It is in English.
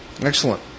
excellent